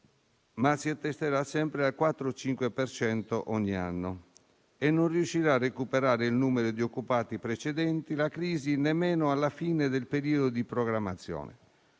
ma si attesterà sempre al 4-5 per cento ogni anno e non riuscirà a recuperare il numero di occupati precedenti la crisi nemmeno alla fine del periodo di programmazione.